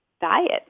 diet